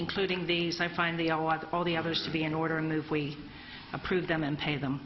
including these i find the l r that all the others to be in order and if we approve them and pay them